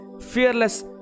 fearless